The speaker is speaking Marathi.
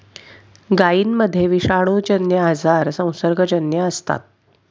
गायींमध्ये विषाणूजन्य आजार संसर्गजन्य असतात